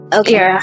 okay